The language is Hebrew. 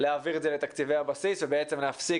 להעביר את זה לתקציבי הבסיס ובעצם להפסיק